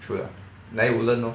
true lah 来 woodlands lor